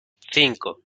cinco